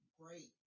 great